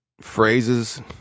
phrases